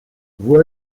voix